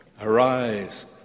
Arise